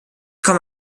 komme